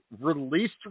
released